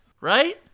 right